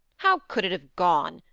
how could it have gone?